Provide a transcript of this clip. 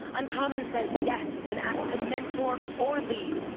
uncommon says yes when asked to mentor or lead.